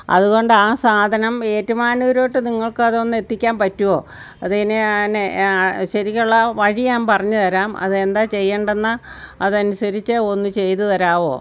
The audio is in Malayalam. അതുകൊണ്ട് ആ സാധനം ഏറ്റുമാനൂരോട്ട് നിങ്ങൾക്കതൊന്ന് എത്തിക്കാൻ പറ്റുവോ അതെ ഇനി അനേ ശരിക്കുള്ള വഴി ഞാൻ പറഞ്ഞു തരാം അത് എന്താണ് ചെയ്യേണ്ടതെന്ന് അതനുസരിച്ചു ഒന്ന് ചെയ്ത് തരുവോ